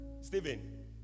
Stephen